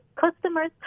customers